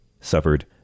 suffered